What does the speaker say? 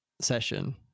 session